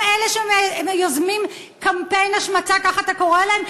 הם אלה שיוזמים קמפיין השמצה, כך אתה קורא להם.